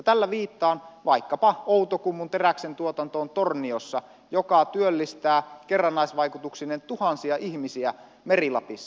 tällä viittaan vaikkapa outokummun teräksen tuotantoon torniossa joka työllistää kerrannaisvaikutuksineen tuhansia ihmisiä meri lapissa